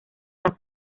san